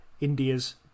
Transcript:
India's